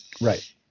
Right